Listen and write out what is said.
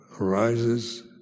arises